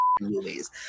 movies